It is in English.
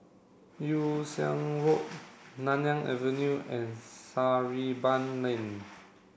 Yew Siang Road Nanyang Avenue and Sarimbun Lane